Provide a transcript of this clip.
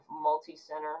multi-center